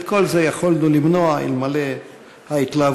את כל זה יכולנו למנוע אלמלא ההתלהבות